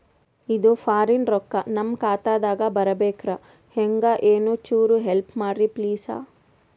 ಇದು ಫಾರಿನ ರೊಕ್ಕ ನಮ್ಮ ಖಾತಾ ದಾಗ ಬರಬೆಕ್ರ, ಹೆಂಗ ಏನು ಚುರು ಹೆಲ್ಪ ಮಾಡ್ರಿ ಪ್ಲಿಸ?